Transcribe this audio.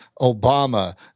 Obama